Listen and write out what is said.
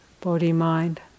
body-mind